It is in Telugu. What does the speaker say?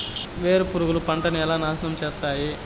వేరుపురుగు పంటలని నాశనం ఎలా చేస్తాయి?